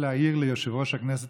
חבר הכנסת